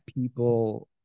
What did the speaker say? people